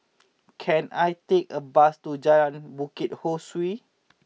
can I take a bus to Jalan Bukit Ho Swee